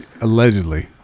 allegedly